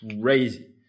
crazy